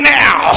now